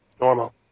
normal